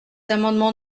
amendements